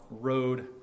road